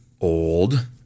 old